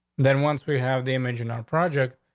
then once we have the image in our project,